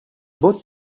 beau